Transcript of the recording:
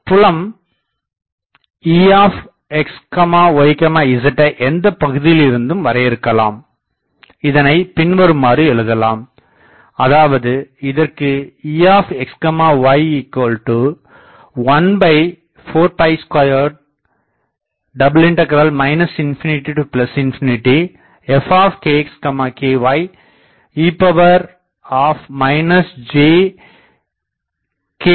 புலம் Exyzஐ எந்தப் பகுதியிலிருந்தும் வரையறுக்கலாம் இதனைப் பின்வருமாறு எழுதலாம் அதாவது இதற்கு Exy142 ∞∞∞∞ fkxky e jk